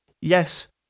yes